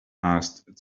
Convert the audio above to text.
asked